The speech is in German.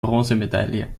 bronzemedaille